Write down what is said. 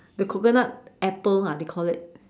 the coconut apple ha they call it